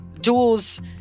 duels